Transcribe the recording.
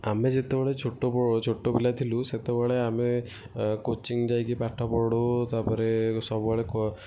ଆମେ ଯେତେବେଳେ ଛୋଟ ଛୋଟ ପିଲା ଥିଲୁ ସେତେବେଳେ ଆମେ କୋଚିଙ୍ଗ୍ ଯାଇକି ପାଠ ପଢ଼ୁ ତା'ପରେ ସବୁବେଳେ